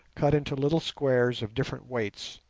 cut into little squares of different weights